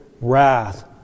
wrath